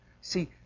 See